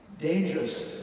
dangerous